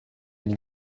ils